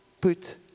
put